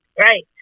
right